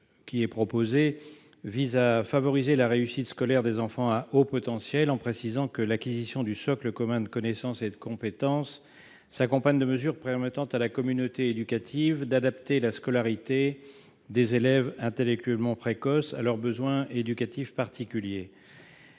Cet amendement vise à favoriser la réussite scolaire des enfants à haut potentiel, en précisant que l'acquisition du socle commun de connaissances et de compétences s'accompagne de mesures permettant à la communauté éducative d'adapter la scolarité des élèves intellectuelles précoces à leurs besoins éducatifs particuliers.